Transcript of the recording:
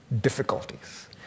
difficulties